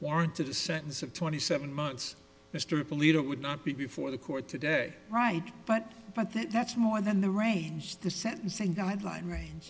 warrant of a sentence of twenty seven months mr believe it would not be before the court today right but but that's more than the range the sentencing guideline range